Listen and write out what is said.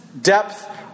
depth